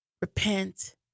repent